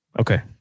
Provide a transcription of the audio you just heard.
Okay